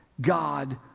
God